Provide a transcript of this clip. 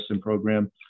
program